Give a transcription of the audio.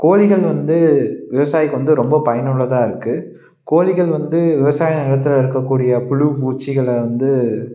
கோழிகள் வந்து விவசாயிக்கு வந்து ரொம்ப பயனுள்ளதாகருக்கு கோழிகள் வந்து விவசாய நிலத்துல இருக்கக்கூடிய புழு பூச்சிகளை வந்து